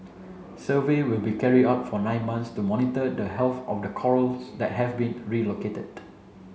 survey will be carried out for nine months to monitor the health of the corals that have been relocated